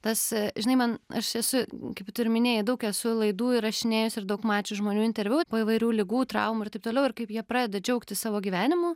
tas žinai man aš esu kaip tu ir minėjai daug esu laidų įrašinėjus ir daug mačius žmonių interviu po įvairių ligų traumų ir taip toliau ir kaip jie pradeda džiaugtis savo gyvenimu